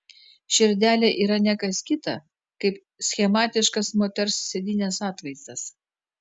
širdelė yra ne kas kita kaip schematiškas moters sėdynės atvaizdas